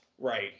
Right